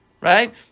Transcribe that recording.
right